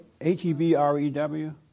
H-E-B-R-E-W